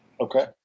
Okay